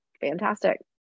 fantastic